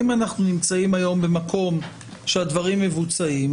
אם אנחנו נמצאים היום במקום שהדברים מבוצעים,